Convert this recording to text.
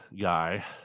guy